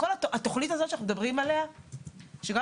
תכנית מאושרת אנחנו לא